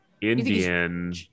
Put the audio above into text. Indian